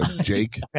Jake